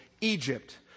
Egypt